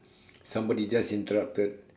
somebody just interrupted